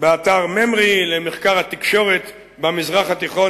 באתר ממר"י למחקר התקשורת במזרח התיכון.